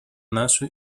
нашу